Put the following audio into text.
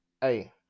hey